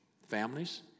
Families